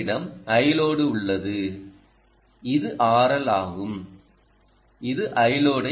உங்களிடம் Iload உள்ளது இது RL ஆகும் இது Iload